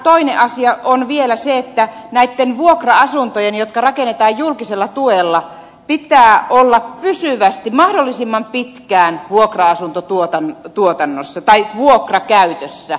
toinen asia on vielä se että näitten vuokra asuntojen jotka rakennetaan julkisella tuella pitää olla pysyvästi mahdollisimman pitkään vuokrakäytössä